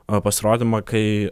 a pasirodymą kai